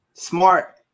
Smart